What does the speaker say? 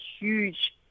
huge